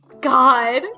God